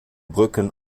brücken